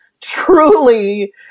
truly